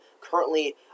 currently